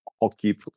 Hockey